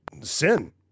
sin